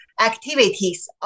activities